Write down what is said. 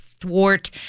thwart